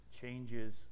changes